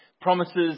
Promises